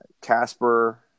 Casper